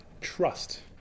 trust